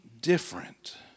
different